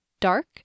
dark